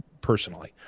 personally